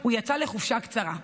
הוא יצא לחופשה קצרה,